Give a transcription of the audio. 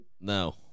No